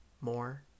more